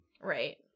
Right